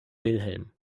wilhelm